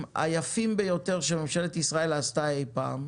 היפים ביותר שממשלת ישראל עשתה אי פעם,